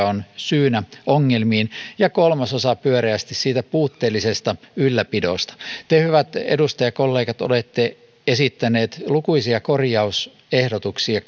ovat syynä ongelmiin ja pyöreästi kolmasosa puutteellisesta ylläpidosta te hyvät edustajakollegat olette esittäneet lukuisia korjausehdotuksia